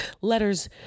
letters